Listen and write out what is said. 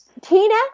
Tina